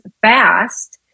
fast